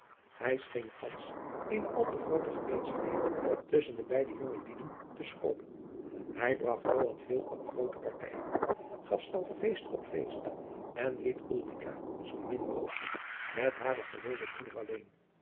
hij scheen thands eene al te groote gemeenzaamheid tusschen de beide jonge lieden te schroomen hij bracht joan veel op groote partijen gaf zelf feest op feest en liet ulrica zoo min mogelijk met haren gewezen broeder alleen